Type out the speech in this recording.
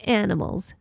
animals